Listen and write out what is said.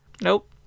Nope